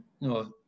No